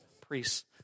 priests